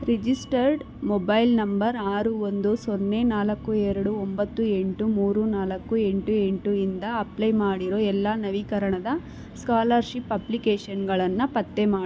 registered mobile number ಆರು ಒಂದು ಸೊನ್ನೆ ನಾಲ್ಕು ಎರಡು ಒಂಬತ್ತು ಎಂಟು ಮೂರು ನಾಲ್ಕು ಎಂಟು ಎಂಟು ಇಂದ ಅಪ್ಲೈ ಮಾಡಿರೊ ಎಲ್ಲ ನವೀಕರಣದ ಸ್ಕಾಲರ್ಷಿಪ್ ಅಪ್ಲಿಕೇಷನ್ಗಳನ್ನು ಪತ್ತೆ ಮಾ